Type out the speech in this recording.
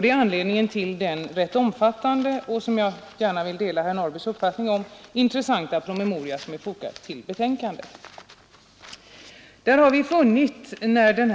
Det är anledningen till att den rätt omfattande och intressanta — där delar jag självfallet herr Norrbys i Åkersberga uppfattning — promemorian utarbetats.